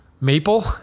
maple